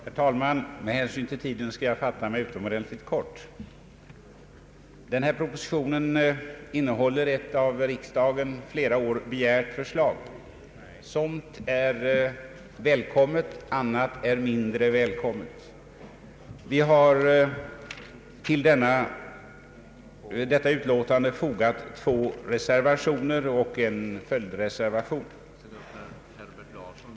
Herr talman! Med hänsyn till tiden skall jag fatta mig utomordentligt kort. Föreliggande proposition innehåller ett av riksdagen flera år begärt förslag. Somt är välkommet, annat är mindre välkommet. Vi har till detta utlåtande fogat två reservationer och en följdreservation.